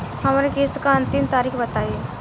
हमरे किस्त क अंतिम तारीख बताईं?